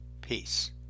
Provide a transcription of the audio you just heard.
Peace